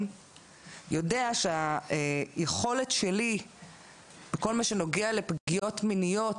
יודע שאורך הרוח שלי בכל מה שנוגע לפגיעות מיניות